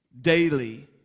daily